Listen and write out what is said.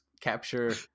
capture